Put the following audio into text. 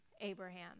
Abraham